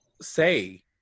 say